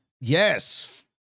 Yes